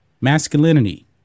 masculinity